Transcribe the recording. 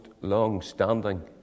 long-standing